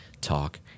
talk